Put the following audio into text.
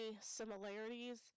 similarities